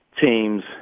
teams